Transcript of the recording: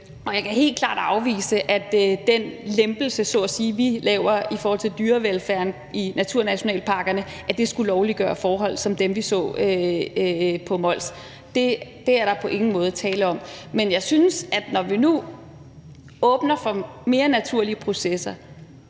Jeg kan helt klart afvise, at den lempelse, vi så at sige laver i forhold til dyrevelfærden i naturnationalparkerne, skulle lovliggøre forhold som dem, vi så på Mols. Det er der på ingen måde tale om. Men når vi nu åbner for mere naturlige processer,